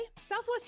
Southwest